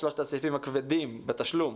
בשלושת הסעיפים הכבדים לתשלום,